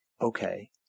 Okay